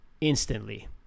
instantly